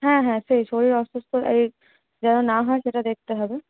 হ্যাঁ হ্যাঁ সেই শরীর অসুস্থ এই যেন না হয় সেটা দেখতে হবে